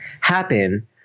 happen